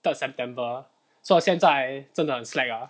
third september so 现在真的很 slack ah